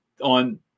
On